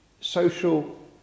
social